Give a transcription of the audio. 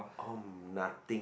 oh nothing